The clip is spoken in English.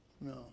No